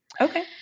Okay